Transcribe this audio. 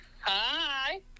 Hi